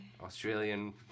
Australian